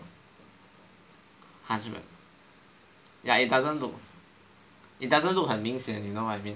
ya it doesn't look it doesn't look 很明显 you know what I mean